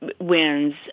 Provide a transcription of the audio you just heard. wins